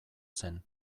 zen